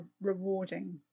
rewarding